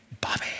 Bobby